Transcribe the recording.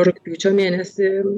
rugpjūčio mėnesį